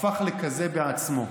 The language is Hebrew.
הפך לכזה בעצמו,